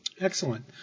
Excellent